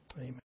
Amen